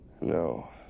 No